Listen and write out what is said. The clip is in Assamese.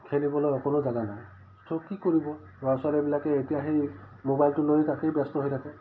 খেলিবলৈ অকণো জাগা নাই চ' কি কৰিব ল'ৰা ছোৱালীবিলাকে এতিয়া সেই মোবাইলটো লৈ তাতেই ব্যস্ত হৈ থাকে